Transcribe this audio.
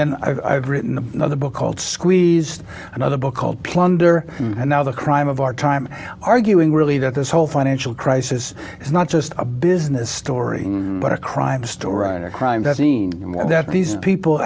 then i've written another book called squeeze another book called plunder and now the crime of our time arguing really that this whole financial crisis is not just a business story but a crime store owner crime doesn't mean that these people